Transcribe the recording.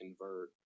convert